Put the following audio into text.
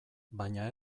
baina